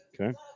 Okay